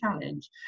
challenge